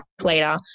later